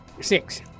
Six